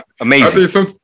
Amazing